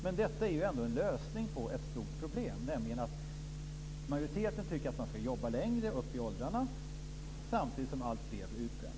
Men det är ju ändå en lösning på ett stort problem, nämligen att majoriteten tycker att man ska jobba längre upp i åldrarna samtidigt som alltfler blir utbrända.